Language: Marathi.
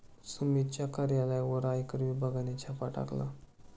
सुमितच्या कार्यालयावर आयकर विभागाने छापा टाकला